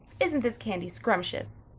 isn't this candy scrumptious?